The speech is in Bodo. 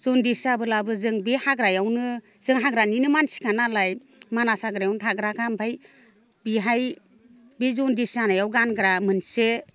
जनडिस जाबोलाबो जों बे हाग्रायावनो जों हाग्रानिनो मानसिखानालाय मानास हाग्रायावनो थाग्राखा आमफ्राय बिहाय बे जनडिस जानायाव गानग्रा मोनसे